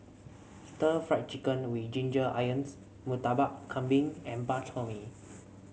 Stir Fried Chicken with Ginger Onions Murtabak Kambing and Bak Chor Mee